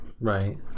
Right